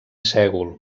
sègol